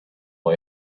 boy